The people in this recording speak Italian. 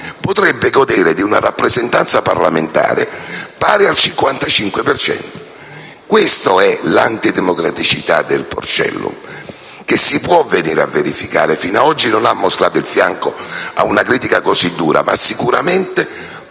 potrebbe godere di una rappresentanza parlamentare pari al 55 per cento. Questa è l'antidemocraticità del porcellum, che si può verificare. Fino ad oggi la legge non ha mostrato il fianco a una critica così dura, ma sicuramente